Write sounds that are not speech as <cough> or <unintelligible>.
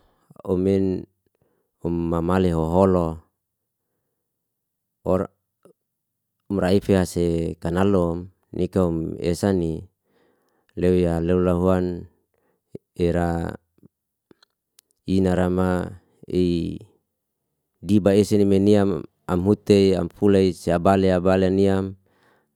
Omen om mamale hoholo, <unintelligible> amra efe ase kanal om nikah om esani leya lou lahuan, ira inara ma ei giba esene meniam, am hute am fuley sehabalya baleniam.